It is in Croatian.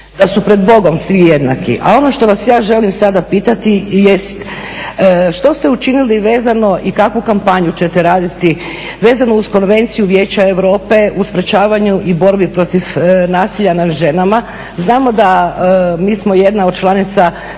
da su pred Bogom svi jednaki. A ono što vas ja želim sada pitati jest što ste učinili vezano i kakvu kampanju ćete raditi vezano uz konvenciju Vijeća Europe u sprječavanju i borbi protiv nasilja nad ženama? Znamo da mi smo jedna od članica